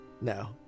No